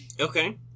Okay